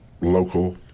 local